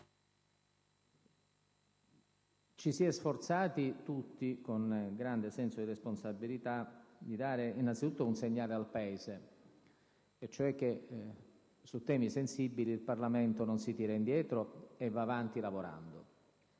Ci si è sforzati tutti, con grande senso di responsabilità, di dare innanzitutto un segnale al Paese, ossia che su temi sensibili il Parlamento non si tira indietro e va avanti lavorando,